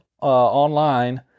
online